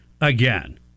again